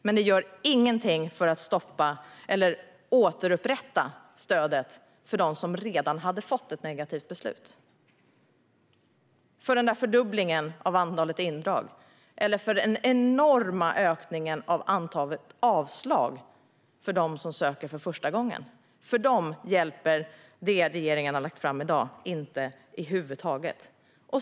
Men inget görs när det gäller att återupprätta stödet för dem som redan fått ett negativt beslut, fördubblingen av antalet indrag eller den enorma ökningen av antalet avslag för dem som söker för första gången. För dem hjälper det som regeringen har lagt fram i dag inte över huvud taget.